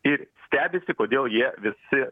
ir stebisi kodėl jie visi